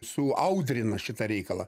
suaudrina šitą reikalą